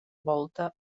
volta